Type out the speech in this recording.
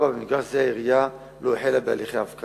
4. במגרש זה העירייה לא החלה עדיין